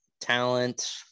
talent